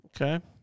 Okay